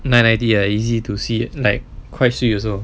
nine ninety ah easy to see like quite swee also